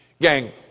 Gang